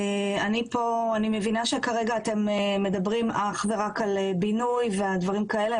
אני מבינה שכרגע אתם מדברים אך ורק על בינוי ועל דברים כאלה,